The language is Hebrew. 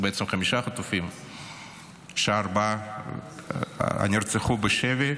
בעצם חמישה חטופים שארבעה נרצחו בשבי,